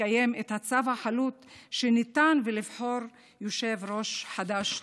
לקיים את הצו החלוט שניתן ולבחור יושב-ראש חדש תחתיו.